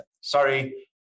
sorry